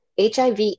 HIV